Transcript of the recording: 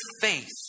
faith